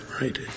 right